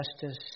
justice